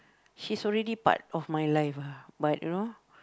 she's already part of my life lah but you know